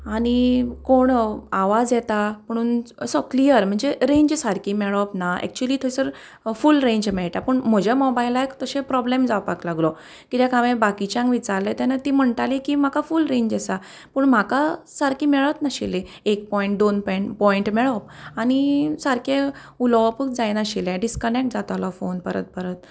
कोण आवाज येता म्हणून असो क्लियर म्हणजे रेंज सारकी मेळप ना एक्चुली थंयसर फूल रेंज मेळटा पूण म्हज्या मोबायलाक तशें प्रोब्लेम जावपाक लागलो कित्याक हांवे बाकिच्यांक विचारले तेन्ना ती म्हणटाली की म्हाका फूल रेंज आसा पूण म्हाका सारकी मेळत नाशिल्ली एक पॉयंट दोन पॉयंट पॉयंट मेळप आनी सारके उलोवपूच जायनाशिल्ले डिसकनेक्ट जातालो फोन परत परत